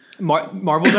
Marvel